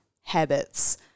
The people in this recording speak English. habits